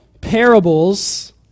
Parables